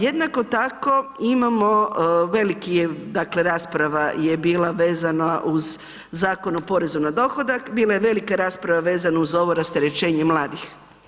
Jednako tako imamo veliki dakle, rasprava je bila vezana uz Zakon o porezu na dohodak, bila je velika rasprava vezano uz ovo rasterećenje mladih.